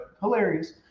hilarious